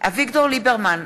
אביגדור ליברמן,